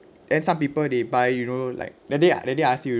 and some people they buy you know like the day the day I ask you